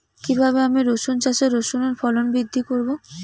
কীভাবে আমি রসুন চাষে রসুনের ফলন বৃদ্ধি করব?